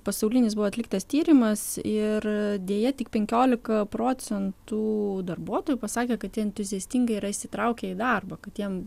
pasaulinis buvo atliktas tyrimas ir deja tik penkiolika procentų darbuotojų pasakė kad jie entuziastingai yra įsitraukę į darbą kad jiem